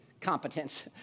competence